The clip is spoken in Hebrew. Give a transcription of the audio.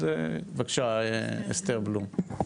בבקשה, אסתר בלום.